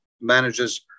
manages